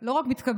לא רק מתכבדת,